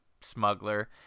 smuggler